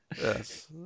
Yes